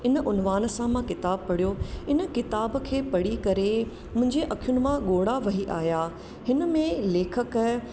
इन उनवान सां मां किताबु पढ़ियो इन किताब खे पढ़ी करे मुंहिंजे अखियुनि मां ॻोढ़ा वही आहिया हिन में लेखक